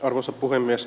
arvoisa puhemies